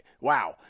wow